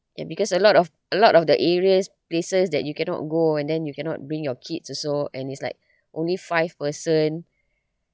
ya because a lot of a lot of the areas places that you cannot go and then you cannot bring your kids also and it's like only five person